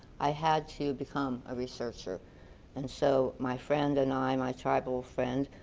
i had to become a researcher and so my friend and i, my tribal friend,